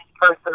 person